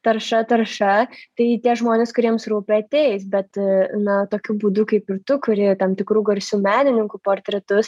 tarša tarša tai tie žmonės kuriems rūpi ateis bet na tokiu būdu kaip ir tu kuri tam tikrų garsių menininkų portretus